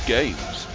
Games